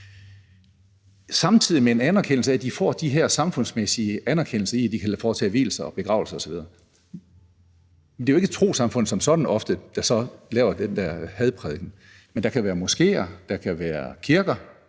samtidig med at de får de her samfundsmæssige anerkendelser af, at de kan foretage vielser og begravelser osv. Men det er jo ofte ikke et trossamfund som sådan, der så laver den der hadprædiken, men der kan være moskéer, der kan være kirker,